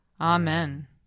Amen